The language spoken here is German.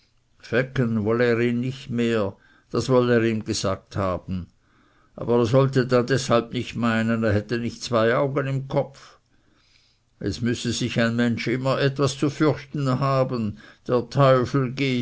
ihn nicht mehr das wolle er ihm gesagt haben aber er solle dann deshalb nicht meinen er hatte nicht zwei augen im kopf es müsse sich ein mensch immer etwas zu fürchten haben der teufel